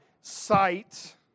sight